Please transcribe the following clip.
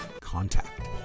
Contact